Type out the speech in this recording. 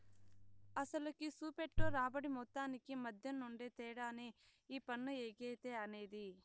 అసలుకి, సూపెట్టే రాబడి మొత్తానికి మద్దెనుండే తేడానే ఈ పన్ను ఎగేత అనేది